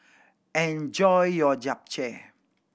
enjoy your Japchae